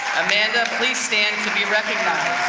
amanda, please stand to be recognized.